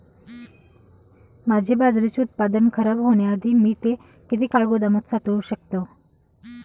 माझे बाजरीचे उत्पादन खराब होण्याआधी मी ते किती काळ गोदामात साठवू शकतो?